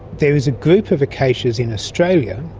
there is a group of acacias in australia.